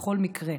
בכל מקרה.